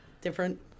different